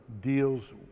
deals